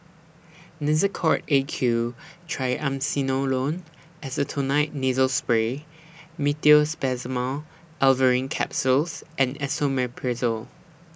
Nasacort A Q Triamcinolone Acetonide Nasal Spray Meteospasmyl Alverine Capsules and Esomeprazole